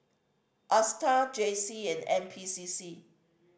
Astar J C and N P C C